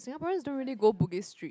Singaporeans don't really go Bugis Street